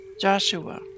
Joshua